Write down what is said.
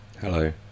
hello